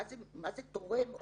אני לא רואה איזה תועלת